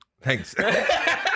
Thanks